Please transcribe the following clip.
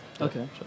Okay